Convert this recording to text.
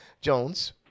Jones